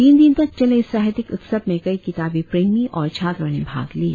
तीन दिन तक चले इस साहित्यिक उत्सव में कई किताबी प्रेमी और छात्रो ने भाग लिया